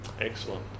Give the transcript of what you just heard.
excellent